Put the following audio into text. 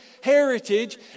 heritage